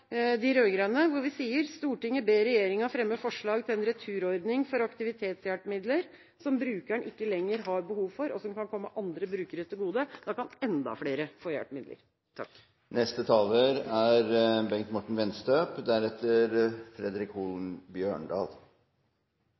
de rød-grønne, hvor vi sier: «Stortinget ber regjeringen fremme forslag til en returordning for aktivitetshjelpemidler som brukeren ikke lenger har behov for, og som kan komme andre brukere til gode.» Da kan enda flere få hjelpemidler. Takk. En av de største utfordringene for en politiker er